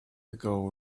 ago